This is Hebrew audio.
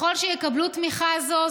ככל שיקבלו תמיכה זו,